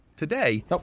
Today